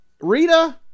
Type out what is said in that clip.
Rita